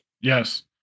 Yes